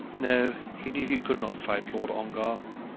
no, he knew he could not fight lord ongar.